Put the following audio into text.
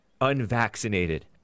unvaccinated